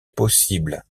possible